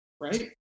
right